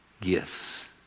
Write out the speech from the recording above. gifts